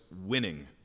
winning